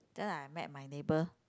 just now I met my neighbour